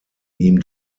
ihm